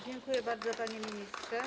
Dziękuję bardzo, panie ministrze.